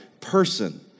person